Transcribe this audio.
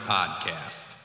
Podcast